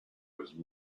was